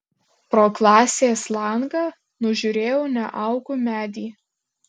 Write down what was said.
pro klasės langą nužiūrėjau neaugų medį